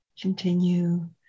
continue